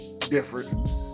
Different